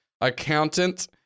accountant